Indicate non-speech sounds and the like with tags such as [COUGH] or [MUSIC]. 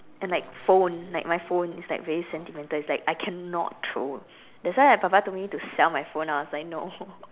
and like phone like my phone is like very sentimental it's like I cannot throw that's why when papa told me to sell my phone I was like no [LAUGHS]